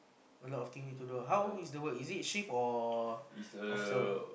a lot of thing need to do how is the work is it shift or off that work